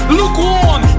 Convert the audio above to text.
lukewarm